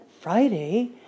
Friday